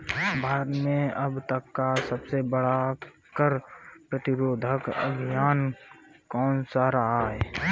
भारत में अब तक का सबसे बड़ा कर प्रतिरोध अभियान कौनसा रहा है?